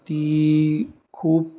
ती खूब